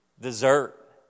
Dessert